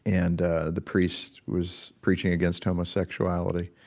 and ah the priest was preaching against homosexuality,